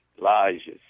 Elijah